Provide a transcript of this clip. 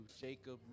Jacob